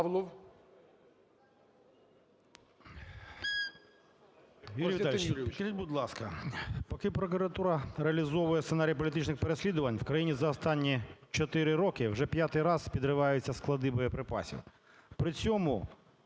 поки прокуратура реалізовує сценарій політичних переслідувань, в країні за останні чотири роки вже п'ятий раз підриваються склади боєприпасів. При цьому